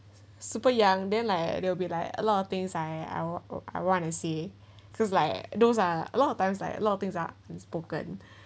super young then like it'll be like a lot of things I I will I want to see because like those are a lot of times like a lot of things are unspoken